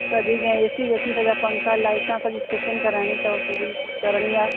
त सॼी जीअं ऐ सी वे सी सॼा पंखा लाइटां सॼी फ़िटिंग कराइणी अथव पूरी करिणी आहे